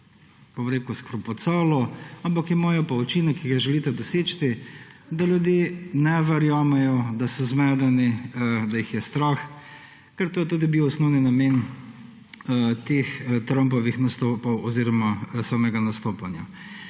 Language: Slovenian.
bom rekel, skrpucalo, ampak imajo pa učinek, ki ga želite doseči, da ljudje ne verjamejo, da so zmedeni, da jih je strah, ker to je tudi bil osnovni namen teh Trumpovih nastopov oziroma samega nastopanja.